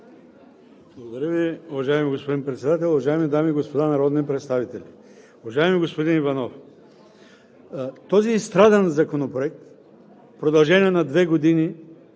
Благодаря Ви. Уважаеми господин Председател, уважаеми дами и господа народни представители! Уважаеми господин Иванов, този изстрадан законопроект в продължение на повече